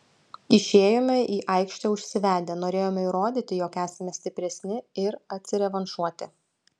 išėjome į aikštę užsivedę norėjome įrodyti jog esame stipresni ir atsirevanšuoti